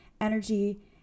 energy